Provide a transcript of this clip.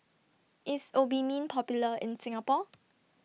IS Obimin Popular in Singapore